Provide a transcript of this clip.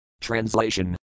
Translation